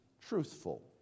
truthful